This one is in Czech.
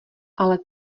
ale